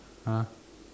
!huh!